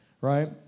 right